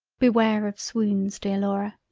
beware of swoons dear laura.